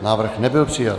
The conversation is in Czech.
Návrh nebyl přijat.